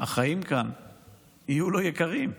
שהחיים כאן יהיו לו יקרים.